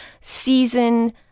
season